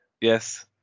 Yes